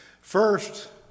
First